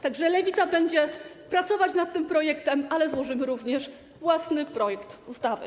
Tak że Lewica będzie pracować nad tym projektem, ale złożymy również własny projekt ustawy.